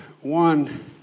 One